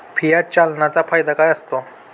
Fiat चलनाचा फायदा काय असतो?